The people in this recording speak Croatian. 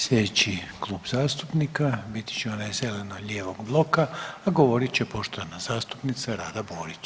Sljedeći klub zastupnika bit će onaj zeleno-lijevog bloka, a govorit će poštovana zastupnica Rada Borić.